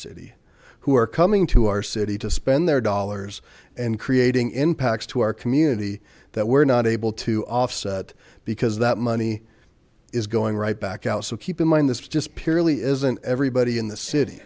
city who are coming to our city to spend their dollars and creating impacts to our community that we're not able to offset because that money is going right back out so keep in mind this is just purely isn't everybody in the city